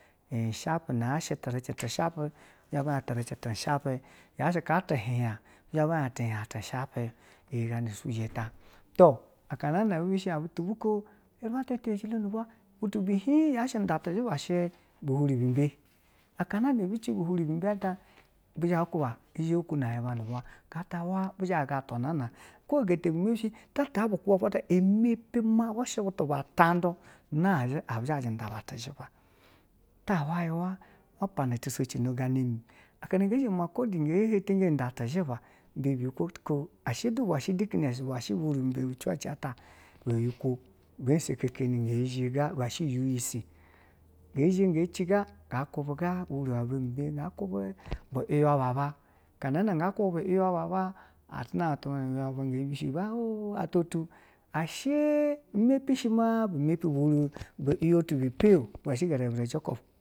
Shipana hien tirace tu shipe bi zha ba hien tirace tu shipe yashi ka tihiya, bi zha ba hien tihiya tu shipe iyi gana sujo ta. Toh okana nana ibi shi un butu buko ba ta tiyejilo no vwa, iyi huin nu da ti ziba shi bi gurumbe, akanana ibice bi hurumba ata ga atawa bepe shi mepi ma bi butu bu tadu na zhi a bi zaji nu a tiziba, ta hwayi waa akana, genxhe gen te geni ata tizhi ba biyikwo oko a she ibwe shi deaconess ibwe shi bi hirubibwe nu chuch ata noyikwo, bosekenigen zhe ga ibe shi u.ɛ. C gen zhe ga ci ga, gaba bihirubi bwe ga ku ba biuya ba iba akana ga kuba hien asho i a totu ashe mapi ma biuya butu ba epe bi mapi moses.